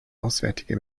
auswärtige